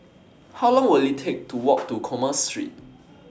How Long Will IT Take to Walk to Commerce Street